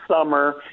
summer